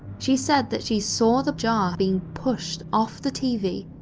she said that she saw the jar being pushed off the tv,